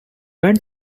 went